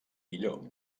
millor